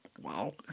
Wow